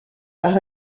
par